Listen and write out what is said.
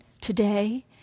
today